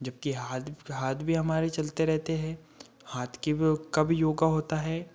जबकि हाथ भी हाथ भी हमारे चलते रहते हैं हाथ की का भी योगा होता है